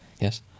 Yes